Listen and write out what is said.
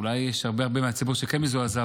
אולי יש הרבה מהציבור שכן מזועזע,